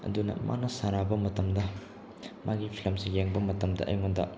ꯑꯗꯨꯅ ꯃꯥꯟꯅ ꯁꯥꯟꯅꯕ ꯃꯇꯝꯗ ꯃꯥꯒꯤ ꯐꯤꯂꯝꯁꯤ ꯌꯦꯡꯕ ꯃꯇꯝꯗ ꯑꯩꯉꯣꯟꯗ